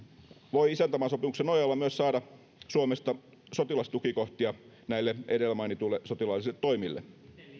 voi isäntämaasopimuksen nojalla myös saada suomesta sotilastukikohtia näille edellä mainituille sotilaallisille toimille